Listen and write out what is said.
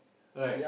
right